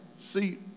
See